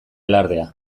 alardea